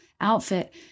outfit